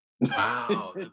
Wow